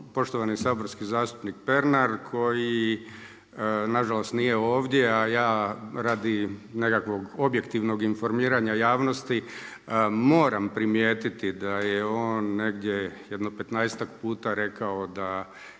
poštovani saborski zastupnik Pernar koji na žalost nije ovdje, a ja radi nekakvog objektivnog informiranja javnosti moram primijetiti da je on negdje, jedno petnaestak puta rekao da